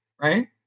right